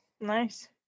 Nice